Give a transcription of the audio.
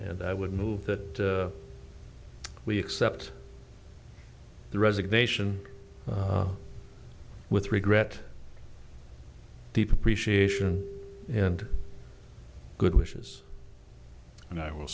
and i would move that we accept the resignation with regret deep appreciation and good wishes and i will